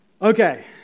Okay